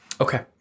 Okay